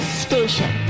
station